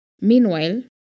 Meanwhile